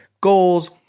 goals